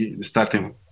Starting